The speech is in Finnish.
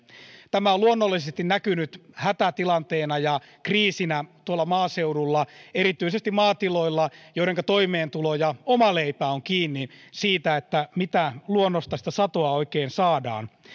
tämä on luonnollisesti näkynyt hätätilanteena ja kriisinä maaseudulla erityisesti maatiloilla joidenka toimeentulo ja oma leipä on kiinni siitä mitä satoa luonnosta oikein saadaan